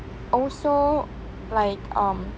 also like um